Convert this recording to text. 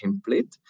template